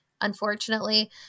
unfortunately